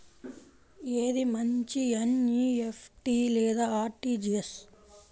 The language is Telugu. ఏది మంచి ఎన్.ఈ.ఎఫ్.టీ లేదా అర్.టీ.జీ.ఎస్?